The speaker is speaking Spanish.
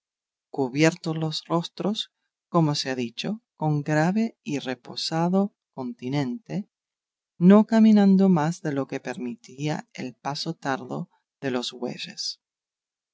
cubiertos los rostros como se ha dicho con grave y reposado continente no caminando más de lo que permitía el paso tardo de los bueyes